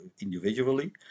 individually